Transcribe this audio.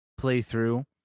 playthrough